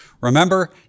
Remember